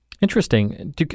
Interesting